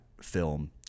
film